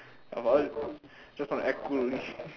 your father just wanna act cool only